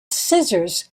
scissors